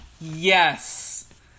Yes